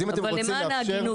אז אם אתם רוצים לאפשר --- אבל,